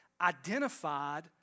identified